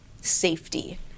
safety